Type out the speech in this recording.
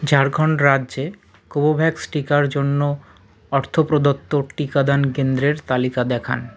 ঝাড়খন্ড রাজ্যে কোভোভ্যাক্স টিকার জন্য অর্থ প্রদত্ত টিকাদান কেন্দ্রের তালিকা দেখান